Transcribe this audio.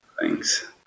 Thanks